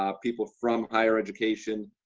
um people from higher education,